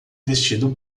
vestido